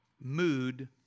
mood